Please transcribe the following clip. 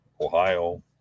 Ohio